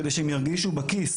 כדי שהם ירגישו בכיס